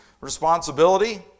responsibility